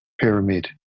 Pyramid